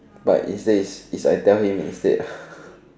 but it says is I tell him instead